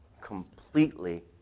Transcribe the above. completely